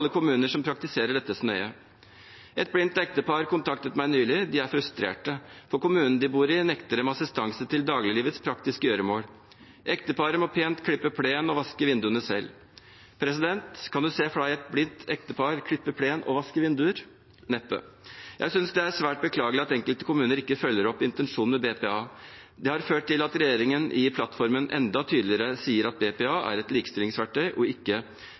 alle kommuner som praktiserer dette så nøye. Et blindt ektepar kontaktet meg nylig. De er frustrerte, for kommunen de bor i, nekter dem assistanse til dagliglivets praktiske gjøremål. Ekteparet må pent klippe plen og vaske vinduene selv. Kan presidenten se for seg et blindt ektepar klippe plen og vaske vinduer? Neppe. Jeg synes det er svært beklagelig at enkelte kommuner ikke følger opp intensjonen med BPA. Det har ført til at regjeringen i plattformen enda tydeligere sier at BPA er et likestillingsverktøy og ikke